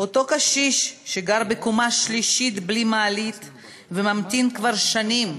אותו קשיש שגר בקומה שלישית בלי מעלית וממתין כבר שנים